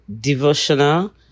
devotional